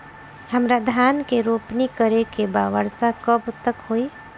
हमरा धान के रोपनी करे के बा वर्षा कब तक होई?